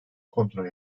kontrol